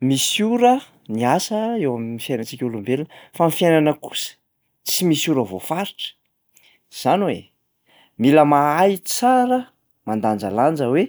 Misy ora miasa eo amin'ny fiainantsika olombelona fa ny fiainana kosa tsy misy ora voafaritra, izany hoe mila mahay tsara mandanjalanja hoe